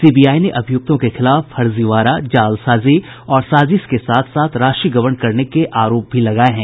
CBI ने अभियुक्तों के खिलाफ फजीवाड़ा जालसाजी और साजिश के साथ साथ राशि गबन करने के आरोप भी लगाये हैं